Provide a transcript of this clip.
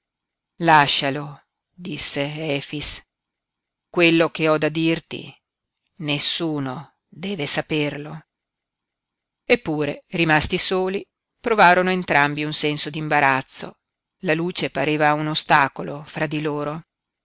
lascialo disse efix quello che ho da dirti nessuno deve saperlo eppure rimasti soli provarono entrambi un senso d'imbarazzo la luce pareva un ostacolo fra di loro